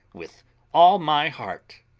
with all my heart.